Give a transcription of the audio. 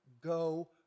go